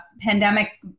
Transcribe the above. pandemic